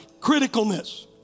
criticalness